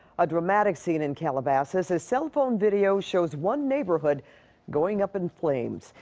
a dramatic scene in calabasas, a cell phone video shows one neighborhood going up in flame,